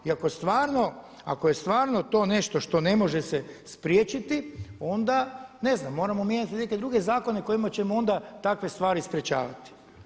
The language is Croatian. I ako je stvarno to nešto što ne može se spriječiti onda ne znam, moramo mijenjati neke druge zakone kojima ćemo onda takve stvari sprječavati.